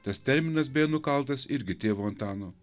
tas terminas beje nukaltas irgi tėvo antano